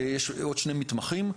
ויש עוד שני מתמחים.